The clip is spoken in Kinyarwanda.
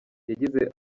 yagize